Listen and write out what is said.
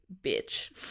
bitch